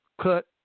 cut